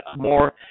more